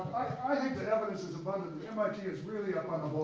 i think the evidence is abundant. mit is really up